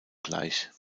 gleich